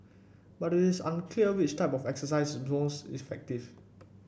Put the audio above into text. but it is unclear which type of exercise is most effective